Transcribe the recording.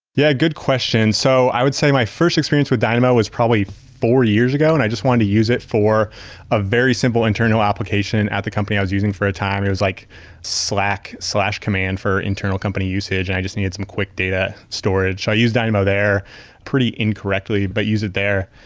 yeah good question. so i would say my first experience with dynamo was probably four years ago and i just wanted to use it for a very simple internal application at the company i was using for a time. it was like slack command for internal company usage and i just need some quick data storage. i use dynamo there pretty incorrectly, but use it there.